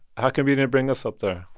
how come you didn't bring us up there?